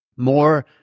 more